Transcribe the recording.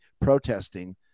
protesting